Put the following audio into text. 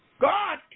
God